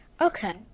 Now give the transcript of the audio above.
Okay